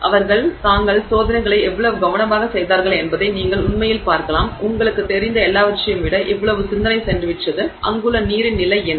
அவர்கள் தங்கள் சோதனைகளை எவ்வளவு கவனமாக செய்தார்கள் என்பதை நீங்கள் உண்மையில் பார்க்கலாம் உங்களுக்குத் தெரிந்த எல்லாவற்றையும் விட இவ்வளவு சிந்தனை சென்றுவிட்டது அங்குள்ள நீரின் நிலை என்ன